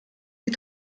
die